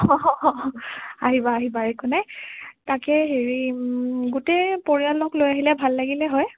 আহিবা আহিবা একো নাই তাকে হেৰি গোটেই পৰিয়ালক লৈ আহিলে ভাল লাগিলে হয়